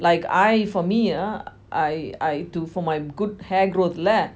like I for me ah I I do for my good hair growth lah